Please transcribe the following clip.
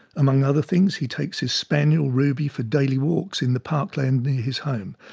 among other things, he takes his spaniel ruby for daily walks in the parkland near his home.